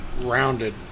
rounded